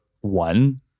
one